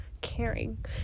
caring